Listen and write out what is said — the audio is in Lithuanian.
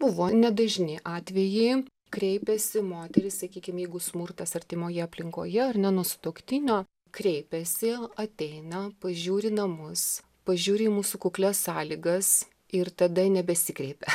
buvo nedažni atvejai kreipiasi moterys sakykim jeigu smurtas artimoje aplinkoje ar ne nuo sutuoktinio kreipiasi ateina pažiūri namus pažiūri į mūsų kuklias sąlygas ir tada nebesikreipia